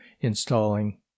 installing